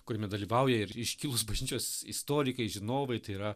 kuriame dalyvauja ir iškilūs bažnyčios istorikai žinovai tai yra